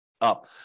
Up